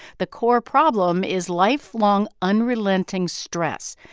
the core problem is lifelong, unrelenting stress.